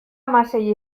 hamasei